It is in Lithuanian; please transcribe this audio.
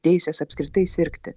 teisės apskritai sirgti